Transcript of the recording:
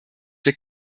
wir